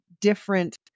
different